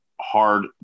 hard